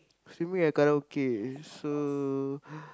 singing at karaoke so